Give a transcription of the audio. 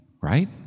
right